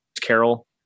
Carol